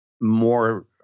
more